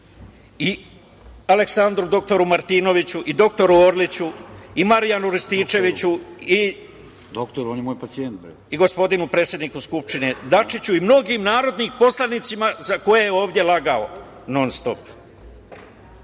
dr Aleksandru Martinoviću i dr Orliću i Marijanu Rističeviću i gospodinu predsedniku Skupštine Dačiću i mnogim narodnim poslanicima za koje je ovde lagao non-stop. Idemo